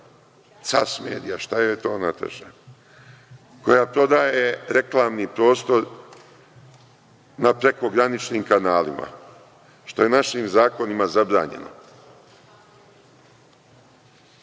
CAS medija, koja prodaje reklamni prostor na prekograničnim kanalima, što je našim zakonima zabranjeno,